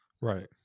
right